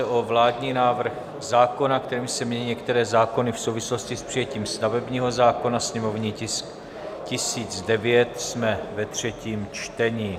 Vládní návrh zákona, kterým se mění některé zákony v souvislosti s přijetím stavebního zákona /sněmovní tisk 1009/ třetí čtení